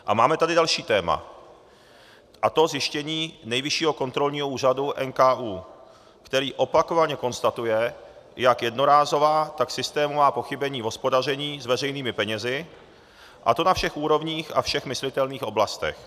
A máme tady další téma, a to zjištění Nejvyššího kontrolního úřadu, NKÚ, který opakovaně konstatuje jak jednorázová, tak systémová pochybení v hospodaření s veřejnými penězi, a to na všech úrovních a všech myslitelných oblastech.